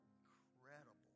incredible